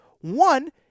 one